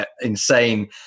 insane